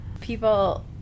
people